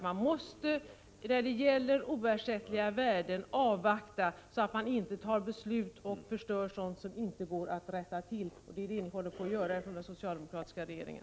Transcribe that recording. Man måste när det gäller oersättliga värden avvakta, så att man inte fattar beslut som innebär att man förstör sådant som det inte går att rätta till. Det är detta ni håller på att göra inom den socialdemokratiska regeringen.